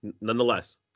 nonetheless